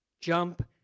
Jump